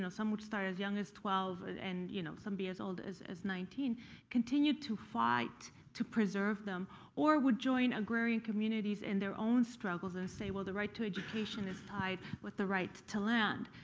some would start as young as twelve and you know some be as old as as nineteen continued to fight to preserve them or would join agrarian communities in their own struggles and say, well, the right to education is tied with the right to land.